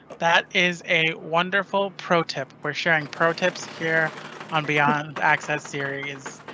that is a wonderful pro-tip. we're sharing pro tips here on beyond access series.